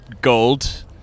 Gold